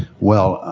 well,